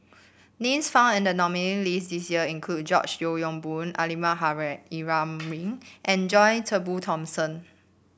names found in the list this year include George Yeo Yong Boon Almahdi Ibrahim and John Turnbull Thomson